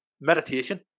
meditation